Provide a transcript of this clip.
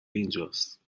اینجاست